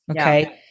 Okay